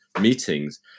meetings